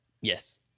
Yes